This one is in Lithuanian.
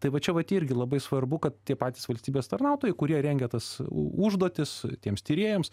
tai vat čia vat irgi labai svarbu kad tie patys valstybės tarnautojai kurie rengia tas užduotis tiems tyrėjams